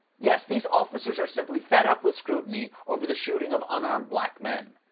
yes, these officers are simply fed-up with scrutiny over the shooting of unarmed black men.